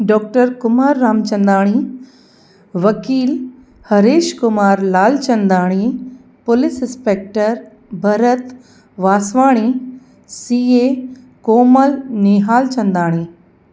doctor Kumar Ramchandani वकील Haresh Kumar Lalchandani police inspector Bharat Vaswani C A Komal Nihalchandani